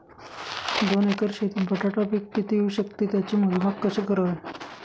दोन एकर शेतीत बटाटा पीक किती येवू शकते? त्याचे मोजमाप कसे करावे?